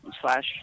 slash